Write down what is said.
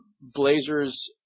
Blazers